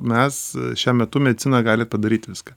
mes šiuo metu medicina gali padaryt viską